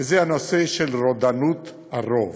וזה הנושא של רודנות הרוב.